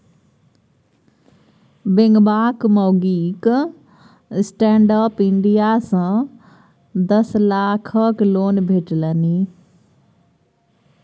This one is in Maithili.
बेंगबाक माउगीक स्टैंडअप इंडिया सँ दस लाखक लोन भेटलनि